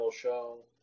show